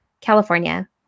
California